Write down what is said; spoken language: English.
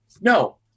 No